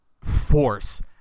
force